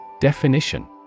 Definition